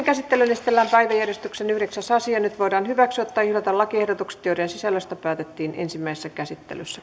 käsittelyyn esitellään päiväjärjestyksen yhdeksäs asia nyt voidaan hyväksyä tai hylätä lakiehdotukset joiden sisällöstä päätettiin ensimmäisessä käsittelyssä